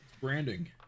Branding